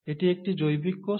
এটি একটি জৈবিক কোষ